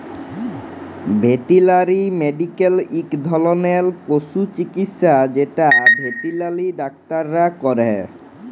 veterinary medical ইক ধরলের পশু চিকিচ্ছা যেট ভেটেলারি ডাক্তাররা ক্যরে